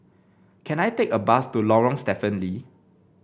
can I take a bus to Lorong Stephen Lee